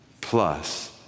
plus